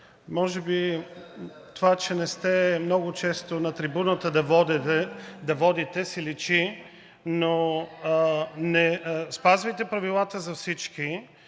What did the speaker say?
може би това, че не сте много често на трибуната да водите, си личи, но спазвайте правилата за всички